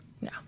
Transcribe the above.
No